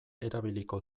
erabiliko